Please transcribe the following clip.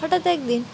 হঠাৎ একদিন